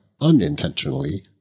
unintentionally